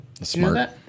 Smart